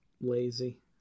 lazy